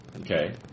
Okay